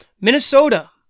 Minnesota